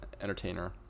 entertainer